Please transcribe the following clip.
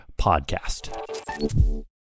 podcast